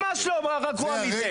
אני ממש לא רגוע מזה.